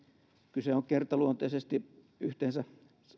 kyse on kertaluonteisesti yhteensä